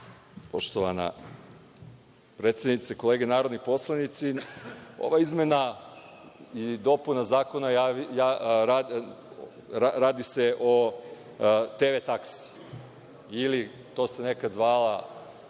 poštovana predsednice. Kolege narodni poslanici, ova izmena i dopuna Zakona radi se o TV taksi ili, to se nekada zvala,